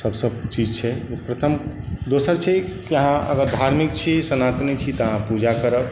सबसँ छै प्रथम दोसर छै कि अहाँ अगर धार्मिक छी सनातनी छी तँ पूजा करब